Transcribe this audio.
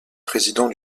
président